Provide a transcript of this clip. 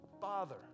Father